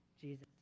Jesus